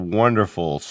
wonderful